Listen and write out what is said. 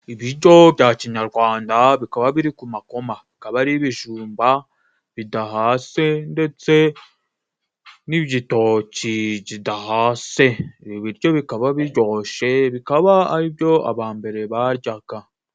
Ibiryo bya kinyarwanda bikaba biri ku makoma, akaba ari ibijumba bidahase, ndetse n'igitoki kidahase. Ibi biryo bikaba biryoshye, bikaba ari byo aba mbere baryaga.